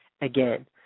again